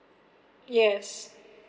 yes